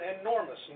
enormous